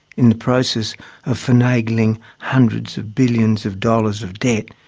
in the process of finagling hundreds of billions of dollars of debt,